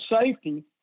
safety